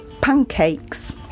pancakes